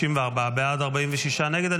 בעד, 46 נגד.